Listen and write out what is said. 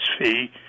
fee